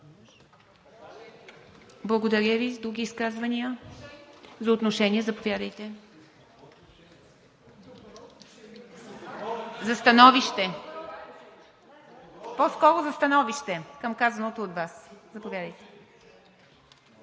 Благодаря Ви. Други изказвания? За отношение, заповядайте, госпожо Дариткова. По-скоро за становище към казаното от Вас, заповядайте.